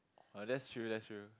uh that's true that's true